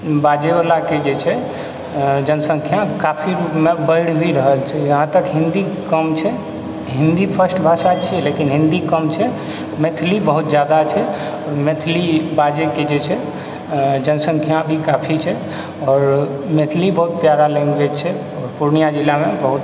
बाजैवला के जे छै जनसंख्या काफी बढ़ि भी रहल छै यहाँ तक हिन्दी कम छै हिन्दी फर्स्ट भाषा छियै लेकिन हिन्दी कम छै मैथिली बहुत जादा छै मैथिली बाजै के जे छै जनसंख्या भी काफी छै आओर मैथिली बहुत प्यारा लैंग्वेज छै आओर पूर्णिया जिलामे बहुत